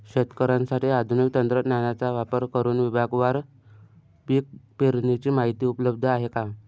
शेतकऱ्यांसाठी आधुनिक तंत्रज्ञानाचा वापर करुन विभागवार पीक पेरणीची माहिती उपलब्ध आहे का?